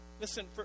listen